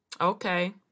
okay